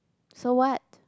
so what